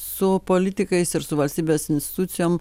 su politikais ir su valstybės institucijom